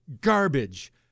garbage